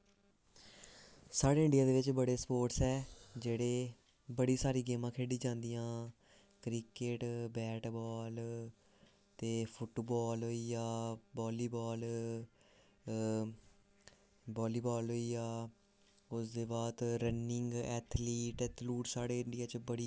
साढ़े इंडिया दे बिच्च बड़े स्पोटर्स ऐ जेह्ड़े बड़ी सारी गेमां खेढी जंदियां क्रिकेट बैट बाल ते फुट बॉल होई गेआ बॉली बॉल बॉली बॉल होई गेआ उसदे बाद रनिंग एथलीट एथूलीट साढ़े इंडिया च बड़ी गेमां